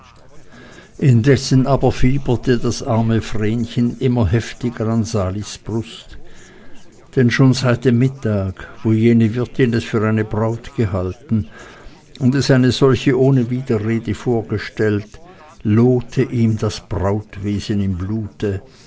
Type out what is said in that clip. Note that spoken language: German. indessen aber fieberte das arme vrenchen immer heftiger an salis brust denn schon seit dem mittag wo jene wirtin es für eine braut gehalten und es eine solche ohne widerrede vorgestellt lohte ihm das brautwesen im blute